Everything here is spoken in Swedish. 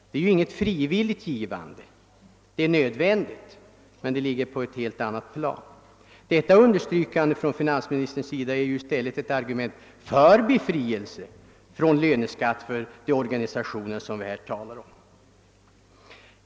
Det är inget frivilligt givande. Det är nödvändigt, men det ligger på ett helt annat plan. Detta finansministerns yttrande är i stället ett argument för befrielse från löneskatt för de organisationer som vi här talar om.